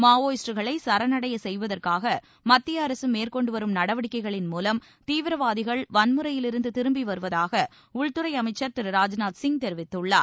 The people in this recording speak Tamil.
மாவோயிஸ்டுகளை சரண் அடைய செய்வதற்காக மத்திய அரசு மேற்கொண்டு வரும் நடவடிக்கைகளின் மூலம் தீவிரவாதிகள் வன்முறையிலிருந்து திரும்பி வருவதாக உள்துறை அமைச்சா் திரு ராஜ்நாத் சிங் தெரிவித்துள்ளார்